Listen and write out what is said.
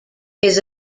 his